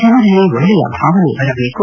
ಜನರಲ್ಲಿ ಒಕ್ಕೆಯ ಭಾವನೆ ಬರಬೇಕು